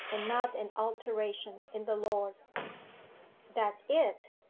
and not an alteration in the lord's that's it.